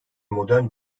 modern